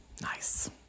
Nice